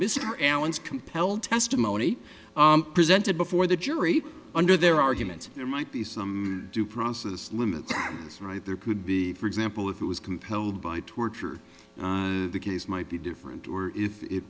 allen's compelled testimony presented before the jury under their argument there might be some due process limit that is right there could be for example if it was compelled by torture the case might be different or if it